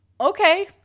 Okay